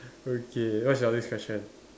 okay what's your next question